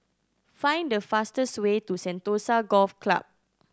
find the fastest way to Sentosa Golf Club